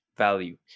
Value